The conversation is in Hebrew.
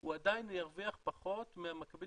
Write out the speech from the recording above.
הוא עדיין ירוויח פחות ממקבילו